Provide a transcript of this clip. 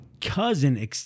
cousin